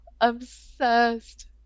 obsessed